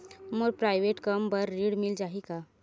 मोर private कम बर ऋण मिल जाही का?